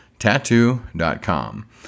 tattoo.com